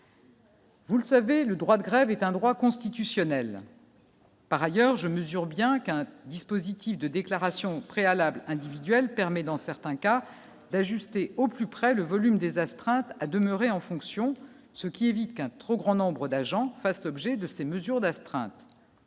Vous le savez, le droit de grève est un droit constitutionnel. Par ailleurs, je mesure bien qu'un dispositif de déclaration préalables individuel permet dans certains cas d'ajuster au plus près le volume des astreintes à demeurer en fonction ce qui évite qu'un trop grand nombre d'agents fassent l'objet de ces mesures d'astreinte